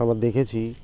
আবার দেখেছি